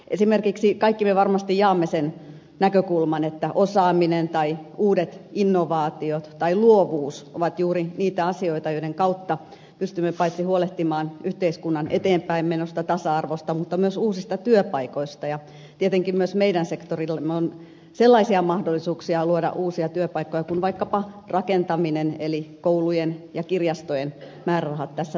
esimerkiksi kaikki me varmasti jaamme sen näkökulman että osaaminen tai uudet innovaatiot tai luovuus ovat juuri niitä asioita joiden kautta pystymme paitsi huolehtimaan yhteiskunnan eteenpäinmenosta tasa arvosta mutta myös uusista työpaikoista ja tietenkin myös meidän sektorillamme on sellaisia mahdollisuuksia luoda uusia työpaikkoja kuin vaikkapa rakentaminen eli koulujen ja kirjastojen määrärahat tässä tapauksessa